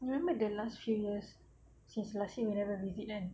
you remember the last few years since last year we never visit kan